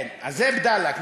זה "בדאלכ".